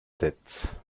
tête